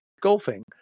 golfing